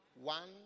one